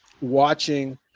watching